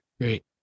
Great